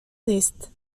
نیست